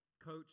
Coach